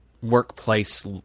workplace